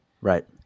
Right